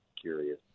curious